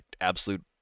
absolute